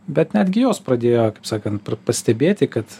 bet netgi jos pradėjo kaip sakan pra pastebėti kad